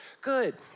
Good